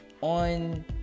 on